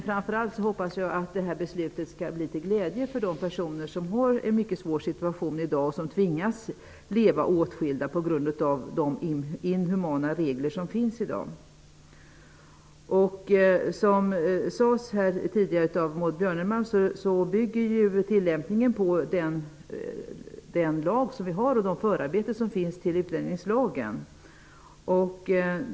Framför allt hoppas jag att beslutet skall bli till glädje för de personer som är i en mycket svår situation och som tvingas leva åtskilda på grund av de inhumana regler som finns i dag. Som sades här tidigare av Maud Björnemalm, bygger tillämpningen på den lag som vi har och de förarbeten som finns till utlänningslagen.